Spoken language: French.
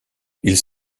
ils